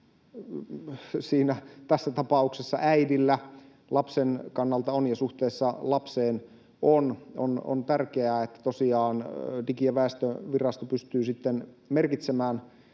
tässä tapauksessa äidillä — lapsen kannalta ja suhteessa lapseen on. On tärkeää, että tosiaan Digi- ja väestövirasto pystyy sitten merkitsemään